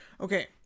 okay